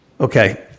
Okay